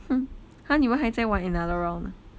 hmm !huh! 你们还在玩 another round ah